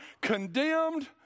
condemned